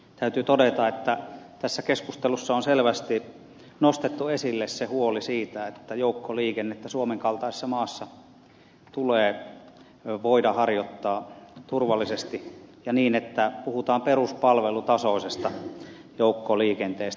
täytyy todeta että tässä keskustelussa on selvästi nostettu esille huoli siitä että joukkoliikennettä suomen kaltaisessa maassa tulee voida harjoittaa turvallisesti ja niin että puhutaan peruspalvelutasoisesta joukkoliikenteestä